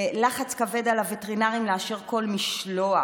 לחץ כבד על הווטרינרים לאשר כל משלוח.